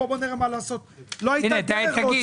לרוב זו